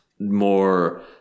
more